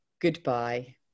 goodbye